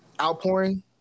outpouring